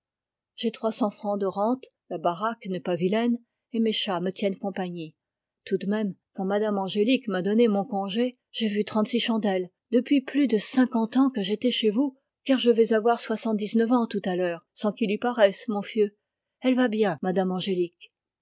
trois cents francs de rente la baraque n'est pas vilaine et mes chats me tiennent compagnie tout de même quand mme angélique m'a donné congé j'ai vu trente-six chandelles depuis plus de cinquante ans que j'étais chez vous car je vais avoir soixante-dix-neuf ans tout à l'heure sans qu'il y paraisse mon fieu elle va bien mme angélique